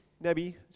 Nebi